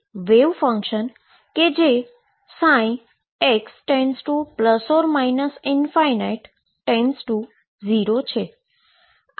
wave function કે જે x→±∞→0 છે